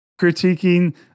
critiquing